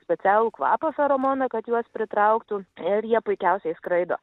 specialų kvapą feromoną kad juos pritrauktų ir jie puikiausiai skraido